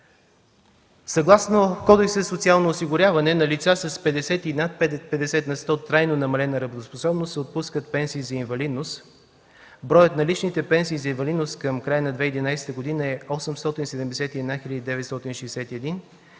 Съгласно Кодекса за социално осигуряване на лица с 50 и над 50 на сто трайно намалена работоспособност се отпускат пенсии за инвалидност. Броят на личните пенсии за инвалидност към края на 2011 г. е 871 961